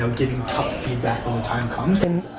so getting tough feedback when the time comes?